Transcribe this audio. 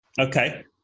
Okay